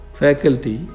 faculty